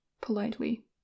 Politely